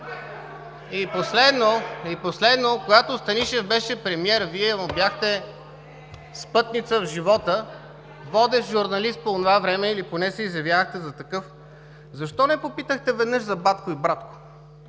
И последно, когато Станишев беше премиер, Вие му бяхте спътница в живота, водещ журналист по онова време или поне се изявявахте за такъв, защо не попитахте веднъж за „Батко и Братко“?